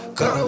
go